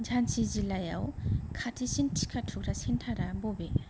झान्सि जिल्लायाव खाथिसिन टिका थुग्रा सेन्टारा बबे